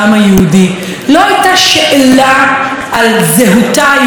לא הייתה שאלה על זהותה היהודית של המדינה,